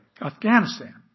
Afghanistan